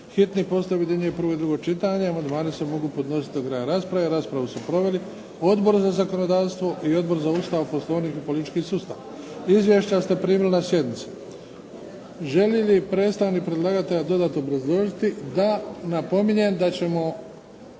hitni postupak objedinjuje prvo i drugo čitanje. Amandmani se mogu podnositi do kraja rasprave. Raspravu su proveli Odbor za zakonodavstvo i Odbor za Ustav, Poslovnik i politički sustav. Izvješća ste primili na sjednici. Želi li predstavnik predlagatelja dodatno obrazložiti? Da. Napominjem da ćemo